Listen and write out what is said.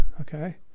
Okay